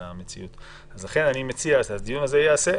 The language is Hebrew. אלא המציאות אז אני מציע שהדיון הזה ייעשה.